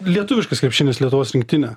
lietuviškas krepšinis lietuvos rinktinė